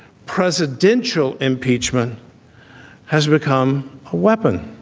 presidential impeachment has become a weapon